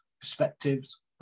perspectives